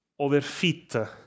overfit